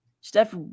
steph